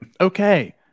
Okay